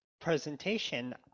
presentation